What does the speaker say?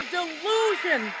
delusion